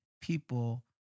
people